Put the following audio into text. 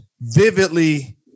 vividly